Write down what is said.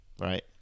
Right